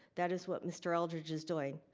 that is what mr. eldredge is doing.